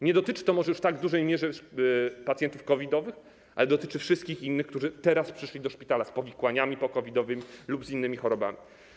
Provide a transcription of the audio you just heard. Nie dotyczy to może już w tak dużej mierze pacjentów COVID-owych, ale dotyczy wszystkich innych, którzy teraz przyszli do szpitala, z powikłaniami po-COVID-owymi lub z innymi chorobami.